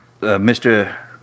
Mr